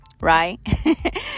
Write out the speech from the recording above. right